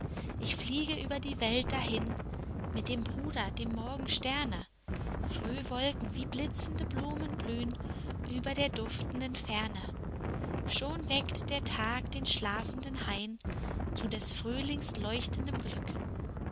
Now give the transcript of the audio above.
ich fliege über die welt dahin mit dem bruder dem morgensterne frühwolken wie blitzende blumen blühn über der duftenden ferne schon weckt der tag den schlafenden hain zu des frühlings leuchtendem glück